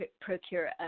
procure